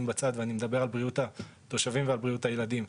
בצד ומדבר על בריאות התושבים ובריאות הילדים.